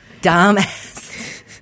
dumbass